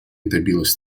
добилась